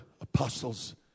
apostles